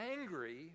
angry